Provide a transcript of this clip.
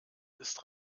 ist